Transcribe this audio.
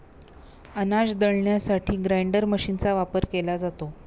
अनाज दळण्यासाठी ग्राइंडर मशीनचा वापर केला जातो